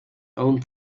owned